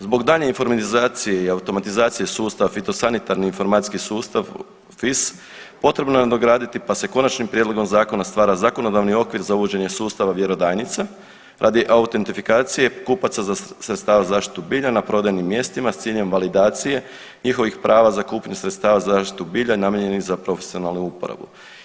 Zbog daljnje informatizacije i automatizacije sustava fitosanitarni informacijski sustav FIS potrebno je nadograditi pa se konačnim prijedlogom zakona stvara zakonodavni okvir za uvođenje sustava vjerodajnica radi autentifikacije kupaca sredstava za zaštitu bilja na prodajnim mjestima s ciljem validacije njihovih prava za kupnju sredstava za zaštitu bilja namijenjenih za profesionalnu uporabu.